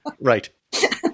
Right